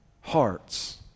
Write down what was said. hearts